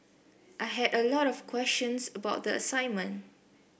I had a lot of questions about the assignment